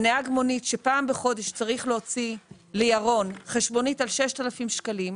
נהג המונית שפעם בחודש צריך להוציא לירון חשבונית על סך 6,000 שקלים,